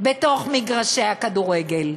בתוך מגרשי הכדורגל.